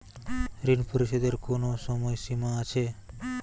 ঋণ পরিশোধের কোনো সময় সীমা আছে?